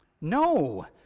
No